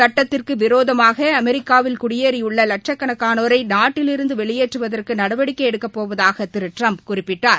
சுட்டத்திற்கு விரோதமாக அமெரிக்காவில் குடியேறியுள்ள லட்சக்கணக்கானோரை நாட்டிலிருந்து வெளியேற்றுவதற்கு நடவடிக்கை எடுக்கப்போவதாக திரு ட்டிரம்ப் குறிப்பிட்டார்